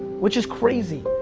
which is crazy.